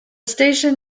station